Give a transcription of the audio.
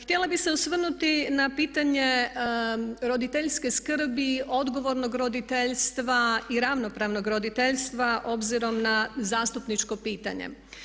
Htjela bih se osvrnuti na pitanje roditeljske skrbi odgovornog roditeljstva i ravnopravnog roditeljstva obzirom na zastupničko pitanje.